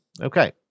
okay